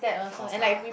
of course lah